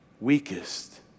weakest